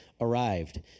arrived